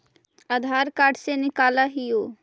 आधार card से निकाल हिऐ?